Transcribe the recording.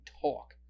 talk